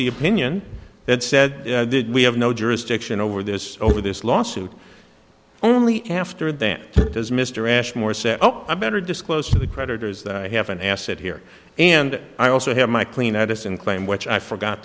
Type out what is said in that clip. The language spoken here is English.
the opinion that said we have no jurisdiction over this over this lawsuit only after that does mr ashmore say oh i better disclose to the creditors that i have an asset here and i also have my clean addison claim which i forgot